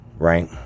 Right